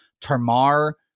Tamar